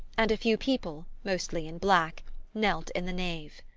and a few people mostly in black knelt in the nave.